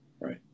right